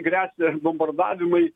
gresia bombardavimai